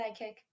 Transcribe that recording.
sidekick